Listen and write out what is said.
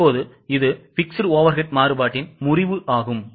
இப்போது இது fixed overhead மாறுபாட்டின்முறிவுஆகும்